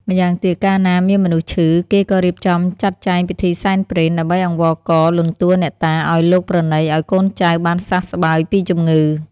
ម្យ៉ាងទៀត កាលណាមានមនុស្សឈឺ គេក៏រៀបចំចាត់ចែងពិធីសែនព្រេន ដើម្បីអង្វរករ លន់តួអ្នកតា ឱ្យលោកប្រណីឲ្យកូនចៅបានសះស្បើយពីជំងឺ។